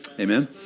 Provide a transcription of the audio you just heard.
Amen